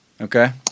Okay